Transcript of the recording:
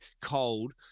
cold